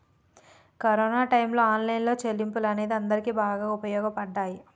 corona టైయ్యంలో online చెల్లింపులు అనేవి అందరికీ బాగా వుపయోగపడ్డయ్యి